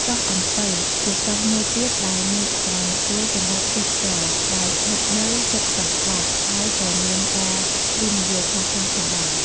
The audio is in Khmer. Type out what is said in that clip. កោះអំពិល ជាកោះមួយទៀតដែលមានសក្ដានុពលសម្រាប់ទេសចរណ៍ ដែលស្ថិតនៅជិតកោះស្តេច ហើយក៏មានការវិនិយោគខ្លះៗផងដែរ។